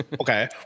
Okay